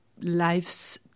life's